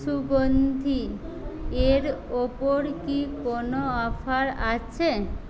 সুগন্ধি এর ওপর কি কোনও অফার আছে